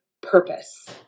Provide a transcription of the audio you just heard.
purpose